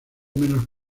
menos